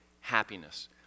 happiness